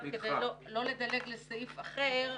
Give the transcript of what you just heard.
כדי לא לדלג לסעיף אחר,